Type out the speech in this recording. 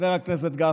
חבר הכנסת גפני,